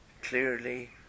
clearly